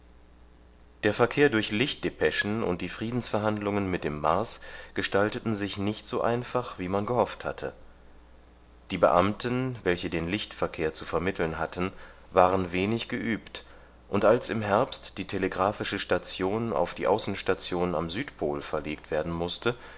der verkehr durch lichtdepeschen und die friedensverhandlungen mit dem mars gestalteten sich nicht so einfach wie man gehofft hatte die beamten welche den lichtverkehr zu vermitteln hatten waren wenig geübt und als im herbst die telegraphische station auf die außenstation am südpol verlegt werden mußte